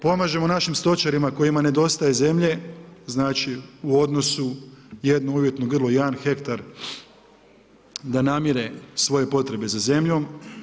Pomažemo našim stočarima kojima nedostaje zemlje, znači u odnosu, jedno uvjetno grlo, jedan hektar, da namjere svoje potrebe za zemljom.